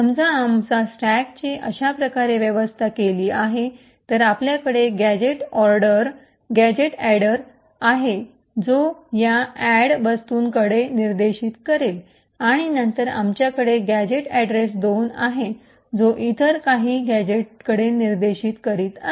समजा आम्ही आमचा स्टॅकची अश्याप्रकारे व्यवस्था केली आहे तर आपल्याकडे गॅजेट अॅडर आहे जो या अॅड वस्तूकडे निर्देशित करेल आणि नंतर आमच्याकडे गॅझेट अड्रेस २ आहे जो इतर काही गॅझेटकडे निर्देशित करीत आहे